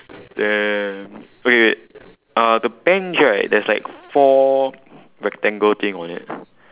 ya okay wait the bench right there's like four rectangle thing on it